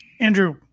Andrew